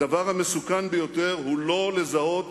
הדבר המסוכן ביותר הוא לא לזהות